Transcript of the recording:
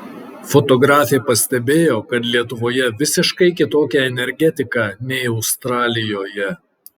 fotografė pastebėjo kad lietuvoje visiškai kitokia energetika nei australijoje